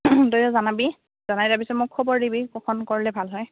তইও জনাবি জনাই তাৰপিছত মোক খবৰ দিবি কখন কৰিলে ভাল হয়